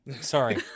Sorry